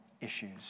issues